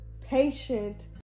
patient